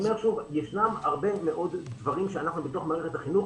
ישנם הרבה מאוד דברים שאנחנו בתוך מערכת החינוך